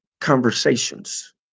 conversations